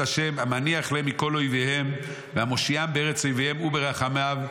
ה׳ המניח להם מכל אויביהם והמושיעם בארץ אויביהם ברחמיו".